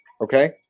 Okay